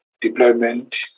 deployment